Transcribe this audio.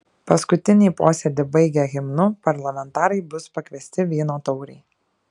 paskutinį posėdį baigę himnu parlamentarai bus pakviesti vyno taurei